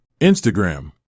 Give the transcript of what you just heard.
Instagram